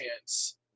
chance